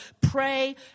pray